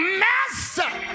master